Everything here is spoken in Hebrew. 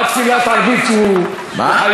עד תפילת ערבית הוא חייב.